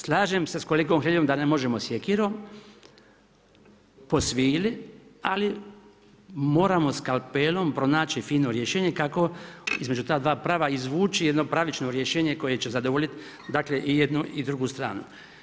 Slažem se sa kolegom Hreljom da ne možemo sjekirom po svili ali moramo skalpelom pronaći fino rješenje kako između ta dva prava izvući jedno pravično rješenje koje će zadovoljiti dakle i jednu i drugu stranu.